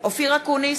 אופיר אקוניס,